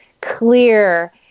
clear